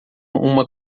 uma